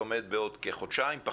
בעוד כחודשיים,